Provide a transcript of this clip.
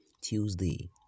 Tuesday